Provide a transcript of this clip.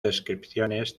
descripciones